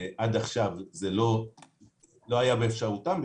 עד עכשיו זה לא היה באפשרותם בכלל,